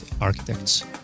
architects